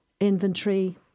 inventory